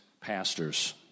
pastors